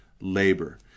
labor